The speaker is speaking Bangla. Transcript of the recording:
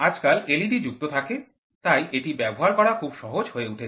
আজকাল এলইডি যুক্ত থাকে তাই এটি ব্যবহার করা খুব সহজ হয়ে উঠেছে